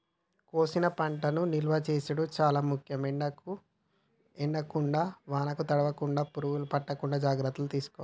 కోసిన పంటను నిలువ చేసుడు చాల ముఖ్యం, ఎండకు ఎండకుండా వానకు తడవకుండ, పురుగులు పట్టకుండా జాగ్రత్తలు తీసుకోవాలె